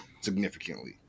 significantly